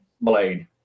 blade